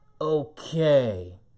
okay